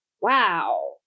wow